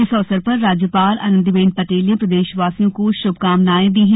इस अवसर पर राज्यपाल आनंदीबेन पटेल ने प्रदेशवासियों को बधाई और शुभकामनाएँ दी हैं